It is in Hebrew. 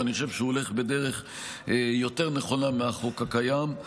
ואני חושב שהוא הולך בדרך יותר נכונה מהחוק הקיים.